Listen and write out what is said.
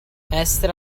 essere